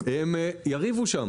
החברות יריבו שם.